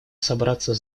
собраться